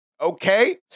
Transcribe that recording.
okay